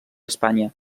espanya